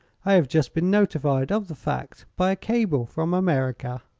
i have just been notified of the fact by a cable from america.